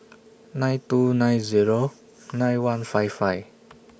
nine two nine Zero nine one five five